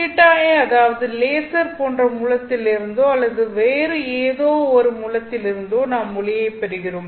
θi அதாவது லேசர் போன்ற மூலத்திலிருந்தோ அல்லது வேறு ஏதோ ஒரு மூலத்திலிருந்தோ நாம் ஒளியை பெறுகிறோம்